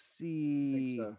see